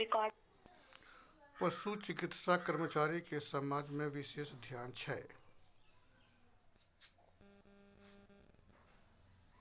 पशु चिकित्सा कर्मचारी के समाज में बिशेष स्थान छै